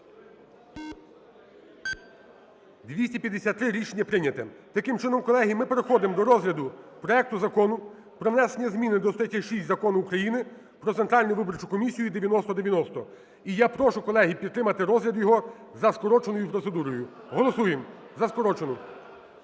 За-253 Рішення прийнято. Таким чином, колеги, ми переходимо до розгляду проекту Закону про внесення зміни статті6 Закону України "Про Центральну виборчу комісію" (9090). І я прошу, колеги, підтримати розгляд його за скороченою процедурою. Голосуємо за скорочену.